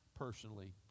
personally